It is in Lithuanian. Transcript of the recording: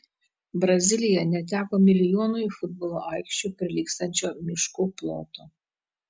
brazilija neteko milijonui futbolo aikščių prilygstančio miškų ploto